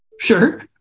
Sure